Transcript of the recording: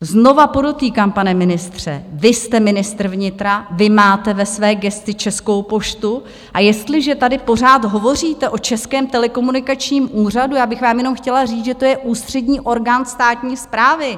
Znovu podotýkám, pane ministře, vy jste ministr vnitra, vy máte ve své gesci Českou poštu, a jestliže tady pořád hovoříte o Českém telekomunikačním úřadu, já bych vám jenom chtěla říct, že to je ústřední orgán státní správy.